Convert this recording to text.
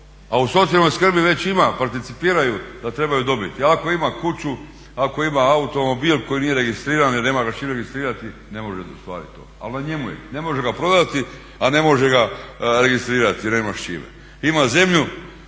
a u socijalnoj skrbi već ima participiraju da trebaju dobiti. A ako ima kuću, ako ima automobil koji nije registriran jer nema ga s čim registrirati ne može ostvarit to. Ali na njemu je, ne može ga prodati, a ne može ga registrirati jer nema s čime. Ima zemlju